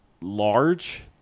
large